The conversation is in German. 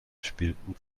spielten